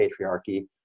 patriarchy